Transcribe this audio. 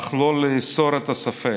אך לא לאסור את הספק.